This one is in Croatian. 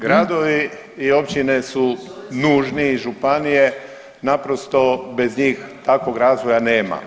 Gradovi i općine su nužni i županije, naprosto bez njih takvog razvoja nema.